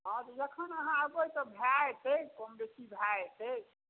हँ तऽ जखन अहाँ एबै तऽ भए जेतै कम बेशी भए जेतै